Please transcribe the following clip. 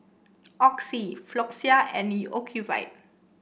Oxy Floxia and Ocuvite